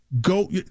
go